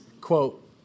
quote